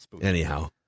anyhow